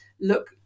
look